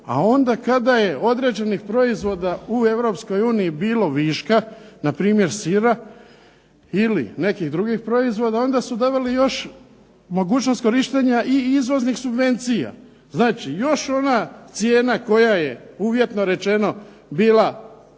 a onda kada je određenih proizvoda u Europskoj uniji bilo viška, na primjer sira, ili nekih drugih proizvoda onda su davali još mogućnost korištenja izvoznih konvencija, znači još ona cijena koja je uvjetno rečeno bila